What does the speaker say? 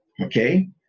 okay